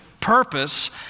purpose